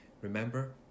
remember